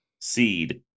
seed